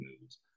news